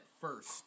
first